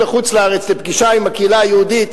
לחוץ-לארץ לפגישה עם הקהילה היהודית.